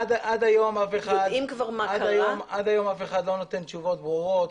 עד היום אף אחד לא נותן תשובות ברורות.